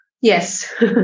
Yes